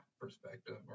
perspective